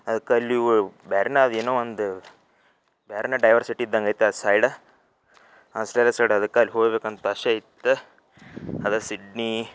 ಅದ್ಕೆ ಅಲ್ಲಿಯೂ ಬೇರೆನ ಅದೇನೋ ಒಂದು ಬೇರೆನ ಡೈವರ್ಸಿಟಿ ಇದ್ದಂಗೈತೆ ಆ ಸೈಡ ಆಸ್ಟ್ರೇಲಿಯ ಸೈಡ್ ಅದಕ್ಕೆ ಅಲ್ಲಿ ಹೋಗ್ಬೇಕಂತ ಆಸೆ ಇತ್ತು ಅದು ಸಿಡ್ನಿ